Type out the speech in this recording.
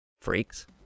Freaks